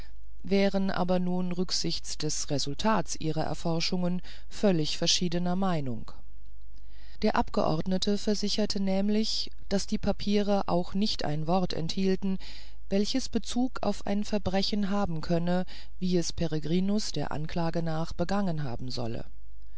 wären aber nun rücksichts des resultats ihrer erforschungen völlig verschiedener meinung der abgeordnete versicherte nämlich daß die papiere auch nicht ein wort enthielten welches bezug auf ein verbrechen haben könne wie es peregrinus der anklage nach begangen haben solle